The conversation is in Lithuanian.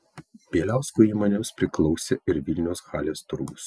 bieliausko įmonėms priklausė ir vilniaus halės turgus